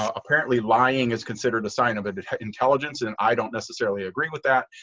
apparently lying is considered a sign of and intelligence and i don't necessarily agree with that,